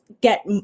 get